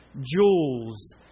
jewels